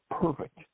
perfect